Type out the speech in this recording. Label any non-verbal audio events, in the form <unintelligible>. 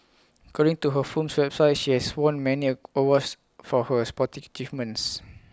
according to her firm's website she has won many awards for her sporting <unintelligible> achievements